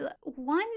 one